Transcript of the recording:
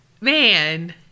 man